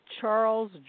Charles